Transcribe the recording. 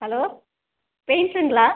hello பெயிண்ட்ருங்களா